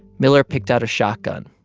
miller picked out a shotgun.